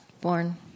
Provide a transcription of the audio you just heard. born